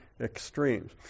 extremes